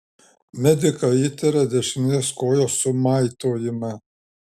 medikai įtarė dešinės kojos sumaitojimą